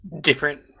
different